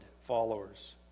followers